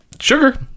Sugar